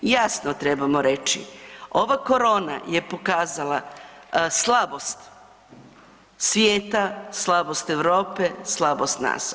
Jasno trebamo reći, ova korona je pokazala slabost svijeta, slabost Europe, slabost nas.